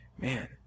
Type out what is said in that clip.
Man